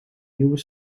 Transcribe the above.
nieuwe